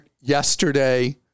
yesterday